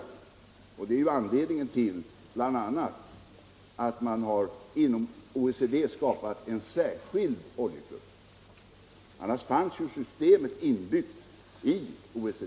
Och det är bl.a. anledningen till att man inom OECD har skapat en särskild oljeklubb. Annars fanns ju systemet inbyggt i OECD.